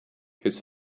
his